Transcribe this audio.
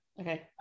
Okay